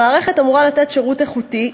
המערכת אמורה לתת שירות איכותי,